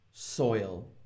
Soil